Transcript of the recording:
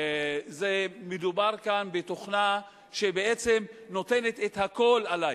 מדובר כאן בתוכנה שבעצם נותנת את הכול עלי.